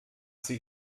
sie